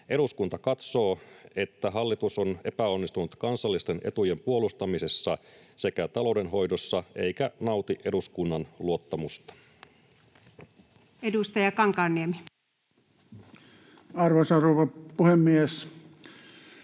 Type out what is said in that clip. Eduskunta katsoo, että hallitus on epäonnistunut kansallisten etujen puolustamisessa sekä taloudenhoidossa eikä nauti eduskunnan luottamusta.” [Speech 95] Speaker: